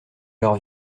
leur